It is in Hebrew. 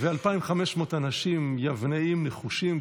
2,500 מאות אנשים, יבנאים נחושים.